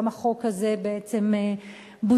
גם החוק הזה בעצם בוטל.